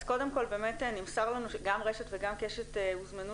אז קודם כל באמת נמסר לנו שגם רשת וגם קשת הוזמנו